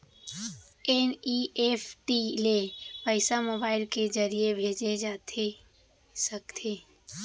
NEFT ले पइसा mobile के ज़रिए भेजे जाथे सकथे?